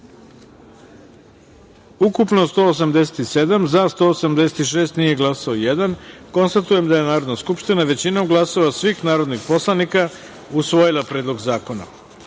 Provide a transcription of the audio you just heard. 187, za - 186, nije glasao jedan. Konstatujem da je Narodna skupština većinom glasova svih narodnih poslanika usvojila Predlog zakona. Peta